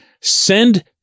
send